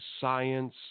science